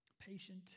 Patient